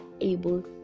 able